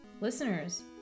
listeners